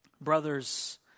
Brothers